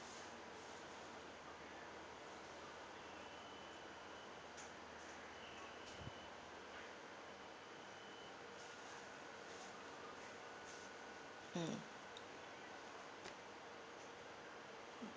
mm